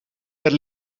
per